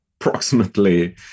approximately